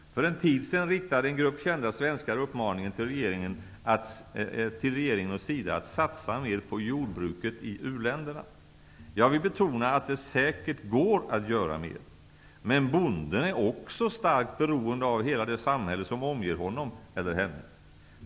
För en tid sedan riktade en grupp kända svenskar uppmaningen till regeringen och SIDA att satsa mer på jordbruket i u-länderna. Jag vill betona att det säkert går att göra mer, men bonden är också starkt beroende av hela det samhälle som omger honom eller henne.